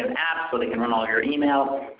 have apps so they can run all your email.